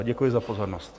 Děkuji za pozornost.